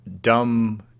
dumb